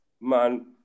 man